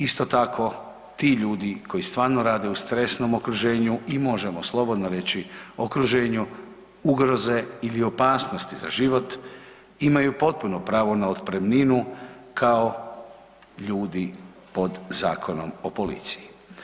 Isto tako ti ljudi koji stvarno rade u stresnom okruženju i možemo slobodno reći okruženju ugroze ili opasnosti za život imaju potpuno pravo na otpremninu kao ljudi pod Zakonom o policiji.